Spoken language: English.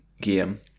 game